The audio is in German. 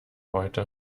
heute